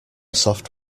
soft